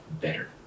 better